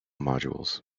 modules